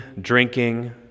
drinking